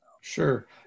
Sure